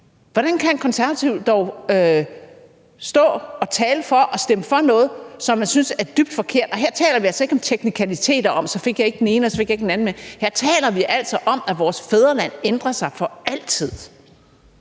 Hvordan kan en konservativ dog stå og tale for at stemme for noget, som man synes er dybt forkert? Og her taler vi altså ikke om teknikaliteter; om, at så fik jeg ikke den ene, og så fik jeg ikke den anden med. Her taler vi altså om, at vores fædreland ændrer sig for altid.